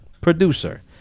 producer